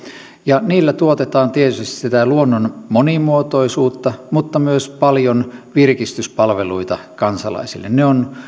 ja niillä tuotetaan tietysti sitä luonnon monimuotoisuutta mutta myös paljon virkistyspalveluita kansalaisille ne ovat